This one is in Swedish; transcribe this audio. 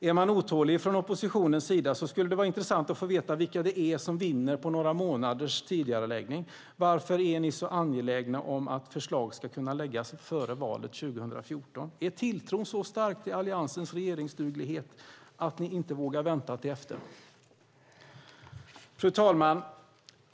Är man otålig från oppositionens sida skulle det vara intressant att veta vilka det är som vinner på några månaders tidigareläggning. Varför är ni så angelägna om att förslag ska kunna läggas fram före valet 2014? Är tilltron till Alliansens regeringsduglighet så stark att ni inte vågar vänta till efter valet? Fru talman!